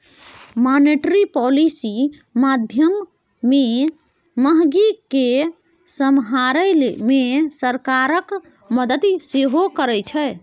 monetary policy माध्यमे महगी केँ समहारै मे सरकारक मदति सेहो करै छै